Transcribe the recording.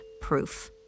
proof